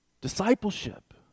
Discipleship